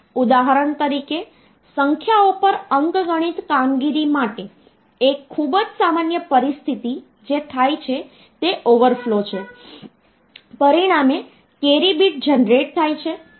તેથી આ સંખ્યા 2 ગુણ્યાં 6 ની ઘાત 2 વત્તા 3 ગુણ્યાં 6 ની ઘાત 1 વત્તા 4 છે